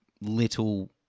little